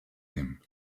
him